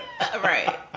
Right